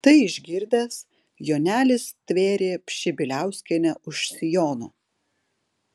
tai išgirdęs jonelis stvėrė pšibiliauskienę už sijono